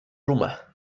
rumah